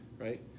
right